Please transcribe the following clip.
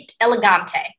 elegante